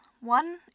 One